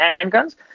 handguns